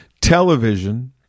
television